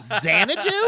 Xanadu